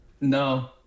No